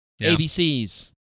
ABCs